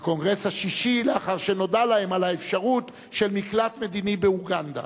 השישי לאחר שנודע להם על האפשרות של מקלט מדיני באוגנדה,